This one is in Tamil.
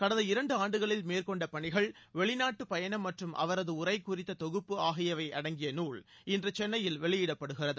கடந்த இரண்டு ஆண்டுகளில் மேற்கொண்ட பணிகள் வெளிநாட்டு பயணம் மற்றம் அவரது உரை குறித்த தொகுப்பு ஆகியவை அடங்கிய நூல் இன்று சென்னையில் இன்று வெளியிடப்படுகிறது